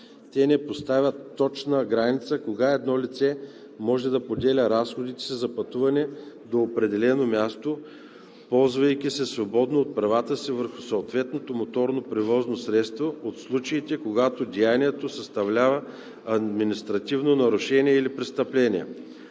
Те не поставят точна граница кога едно лице може да поделя разходите си за пътуване до определено място, ползвайки се свободно от правата си върху съответното моторно превозно средство, от случаите, когато деянието съставлява административно нарушение или престъпление.